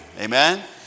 Amen